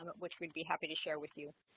um which we'd be happy to share with you